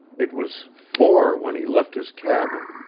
it was four when he left his cabin.